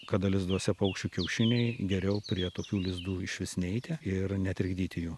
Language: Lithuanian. kada lizduose paukščių kiaušiniai geriau prie tokių lizdų išvis neiti ir netrikdyti jų